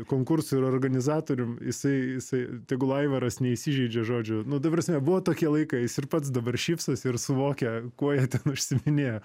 konkursu ir organizatorium jisai jisai tegul aivaras neįsižeidžia žodžiu nu ta prasme buvo tokie laikai jis ir pats dabar šypsosi ir suvokia kuo jie ten užsiiminėjo